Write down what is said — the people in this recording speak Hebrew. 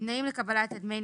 תנאים לקבלת דמי